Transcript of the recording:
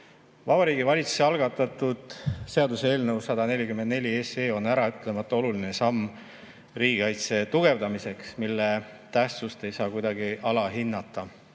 Vabariigi Valitsuse algatatud seaduseelnõu 144 on äraütlemata oluline samm riigikaitse tugevdamiseks, mille tähtsust ei saa kuidagi alahinnata.